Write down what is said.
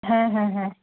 হ্যাঁ হ্যাঁ হ্যাঁ